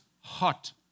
hot